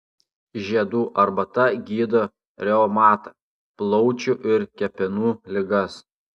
žiedų arbata gydo reumatą plaučių ir kepenų ligas